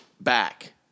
back